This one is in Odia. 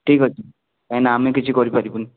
ଠିକ୍ ଅଛି କାହିଁକି ନା ଆମେ କିଛି କରିପାରିବୁନି